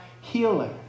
healer